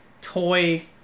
toy